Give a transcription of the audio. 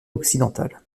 occidentales